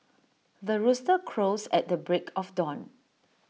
the rooster crows at the break of dawn